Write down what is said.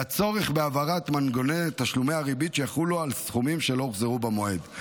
והצורך בהבהרת מנגנון תשלומי הריבית שיחולו על סכומים שלא הוחזרו במועד.